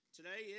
Today